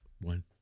One